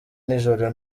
nijoro